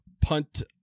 punt